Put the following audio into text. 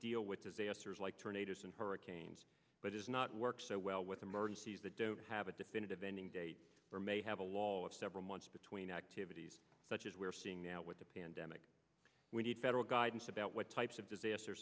deal with disasters like tornadoes and hurricanes but does not work so well with emergencies that don't have a definitive ending date or may have a lot several months between activities such as we're seeing now with the pandemic we need federal guidance about what types of disaster